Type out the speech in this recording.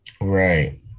Right